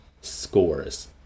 Scores